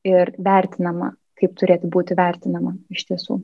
ir vertinama kaip turėtų būti vertinama iš tiesų